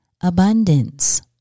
abundance